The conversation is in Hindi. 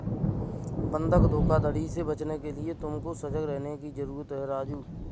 बंधक धोखाधड़ी से बचने के लिए तुमको सजग रहने की जरूरत है राजु